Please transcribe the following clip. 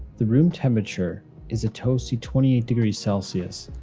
the room temperature is a toasty twenty eight degrees celsius,